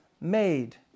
made